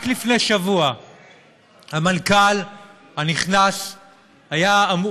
רק לפני שבוע המנכ"ל הנכנס היה אמור,